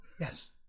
yes